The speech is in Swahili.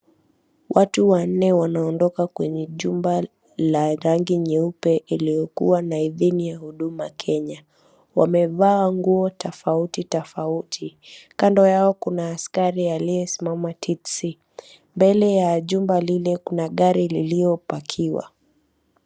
Watu wanne wanaondoka kwenye jumba la rangi nyeupe iliyokua na idhini ya huduma kenya, wamevaa nguo tofauti tofauti, kando yao kuna askari aliyesimama tisti[cs. Mbele ya jumba lile kuna gari lililopakiwa.